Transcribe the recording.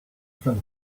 front